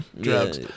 Drugs